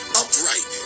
upright